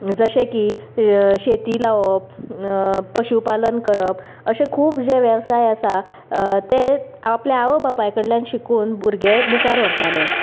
जशें की शेती लावप पशुपालन करप अशे खूब जे वेवसाय आसा ते आपल्या आवय बापाय कडल्यान शिकून भुरगे मुखार व्हरताले